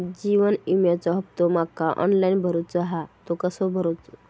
जीवन विम्याचो हफ्तो माका ऑनलाइन भरूचो हा तो कसो भरू?